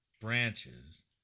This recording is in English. branches